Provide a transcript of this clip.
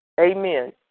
Amen